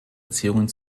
beziehungen